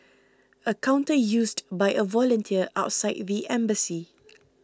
a counter used by a volunteer outside the embassy